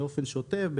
באופן שוטף,